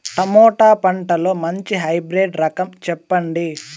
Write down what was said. Tomato పంటలో మంచి hybrid రకం చెప్పండి?